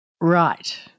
Right